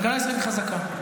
הכלכלה הישראלית היא חזקה.